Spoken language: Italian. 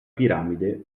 piramide